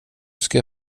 ska